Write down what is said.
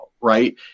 right